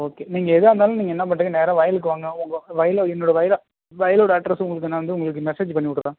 okay நீங்கள் எதாக இருந்தாலும் நீங்கள் என்ன பண்ணுறீங்க நேராக வயலுக்கு வாங்க உங்கள் வயலில் என்னோடய வயலோடய அட்ரெஸ் உங்களுக்கு நான் வந்து உங்களுக்கு மெசேஜ் பண்ணி விடுறேன்